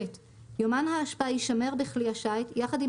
(ב) יומן האשפה יישמר בכלי השיט יחד עם